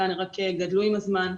חלקן רק גדלו עם הזמן.